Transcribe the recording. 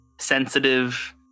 sensitive